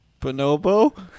Bonobo